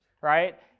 right